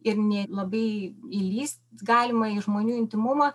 ir nei labai įlįst galima į žmonių intymumą